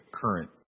current